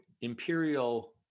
imperial